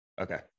okay